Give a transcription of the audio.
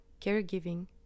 caregiving